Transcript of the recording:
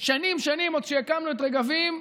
שנים, שנים, עד שהקמנו את רגבים,